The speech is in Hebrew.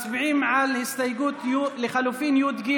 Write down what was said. מצביעים על הסתייגות לחלופין י"ג.